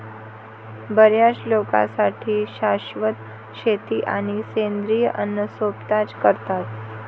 बर्याच लोकांसाठी शाश्वत शेती आणि सेंद्रिय अन्न सोबतच करतात